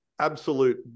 absolute